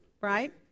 right